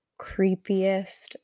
creepiest